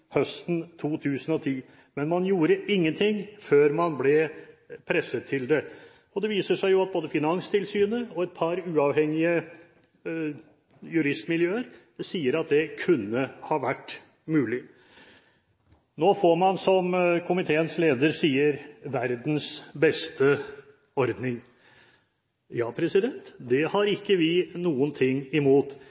høsten 2010. Men man gjorde ingenting før man ble presset til det. Det viser seg jo at man både i Finanstilsynet og i et par uavhengige juristmiljøer sier at det kunne ha vært mulig. Nå får man, som næringskomiteens leder sier, verdens beste ordning. Ja, det har ikke vi noe imot.